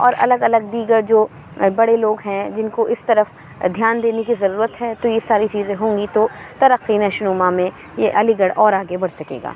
اور الگ الگ دیگر جو بڑے لوگ ہیں جن کو اِس طرف دھیان دینے کی ضرورت ہے تو یہ ساری چیزیں ہوں گی تو ترقی نشو و نما میں یہ علی گڑھ اور آگے بڑھ سکے گا